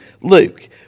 Luke